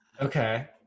okay